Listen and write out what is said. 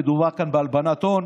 מדובר כאן בהלבנת הון.